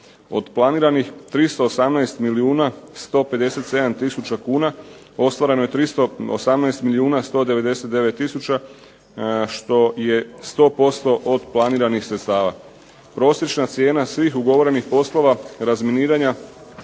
Od planiranih 318 milijuna 157 tisuća kuna ostvareno je 318 milijuna 199 tisuća što je 100% od planiranih sredstava. Prosječna cijena svih ugovorenih poslova razminiranja